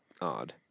odd